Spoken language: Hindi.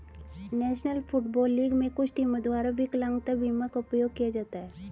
नेशनल फुटबॉल लीग में कुछ टीमों द्वारा विकलांगता बीमा का उपयोग किया जाता है